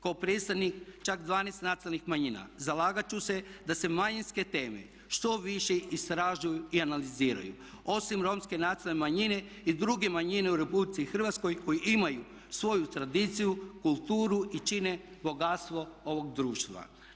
Kao predstavnik čak 12 nacionalnih manjina zalagat ću se da se manjinske teme što više istražuju i analiziraju osim romske nacionalne manjine i druge manjine u Republici Hrvatskoj koje imaju svoju tradiciju, kulturu i čine bogatstvo ovog društva.